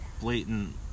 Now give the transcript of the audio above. blatant